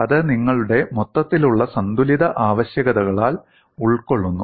അത് നിങ്ങളുടെ മൊത്തത്തിലുള്ള സന്തുലിത ആവശ്യകതകളാൽ ഉൾക്കൊള്ളുന്നു